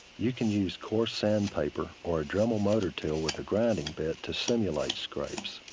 you can use coarse sandpaper or a dremel motor tool with a grinding bit to simulate scrapes.